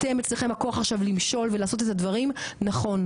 אתם אצלכם הכוח עכשיו למשול ולעשות את הדברים נכון,